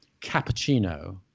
cappuccino